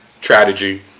strategy